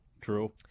True